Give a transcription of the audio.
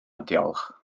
diolch